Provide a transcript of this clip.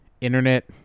internet